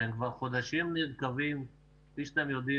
שהם כבר חודשים שלמים נרקבים כפי שאתם יודעים